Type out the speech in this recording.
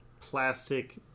plastic